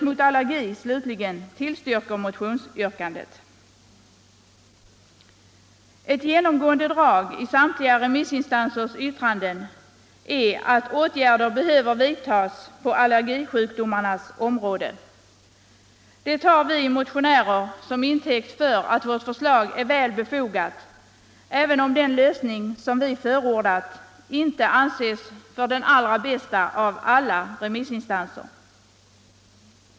Ett genomgående drag i samtliga remissinstansers yttranden är att åtgärder behöver vidtas på allergisjukdomarnas område. Detta tar vi motionärer till intäkt för att vårt förslag är välgrundat, även om den lösning som vi förordat inte av alla remissinstanser anses för den allra bästa.